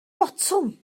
botwm